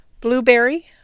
Blueberry